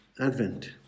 Advent